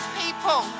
people